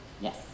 yes